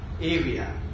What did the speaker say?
area